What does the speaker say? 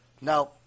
Now